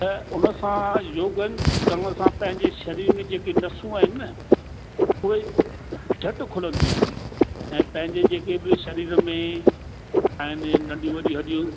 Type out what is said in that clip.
त उन सां योग करण सां पंहिंजे शरीर में जेके नसूं आहिनि न उहे झटि खुलंदियूं आहिनि ऐं पंहिंजे जेके बि शरीर में आहिनि नंढियूं वॾियूं हॾियूं